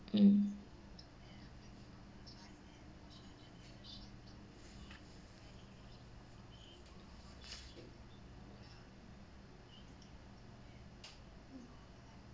mm